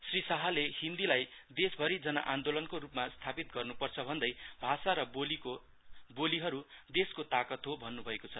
श्री साहले हिन्दी लाई देशभरि जन आन्दोलनको रुपमा स्तापित गर्नुपर्छ भन्दै भाषा र बोलिहरु देशको तकत हो भन्नभएको छ